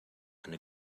eine